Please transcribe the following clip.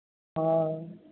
ਹਾਂ